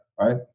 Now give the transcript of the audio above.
right